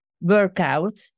workout